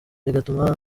bigatuma